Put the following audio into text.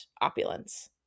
opulence